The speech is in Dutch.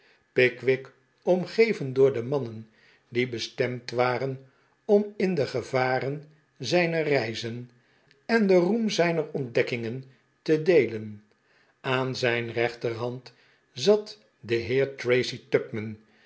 pickwick omgeven door de mannen die bestemd waren om in de gevaren zijner reizen en den roem zijner ontdekkingen te deelen aan zijn rechterhand zat de heer tracy